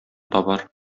табар